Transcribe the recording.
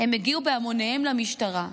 הם הגיעו בהמוניהם למשטרה,